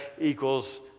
equals